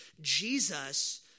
Jesus